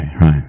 right